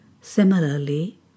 Similarly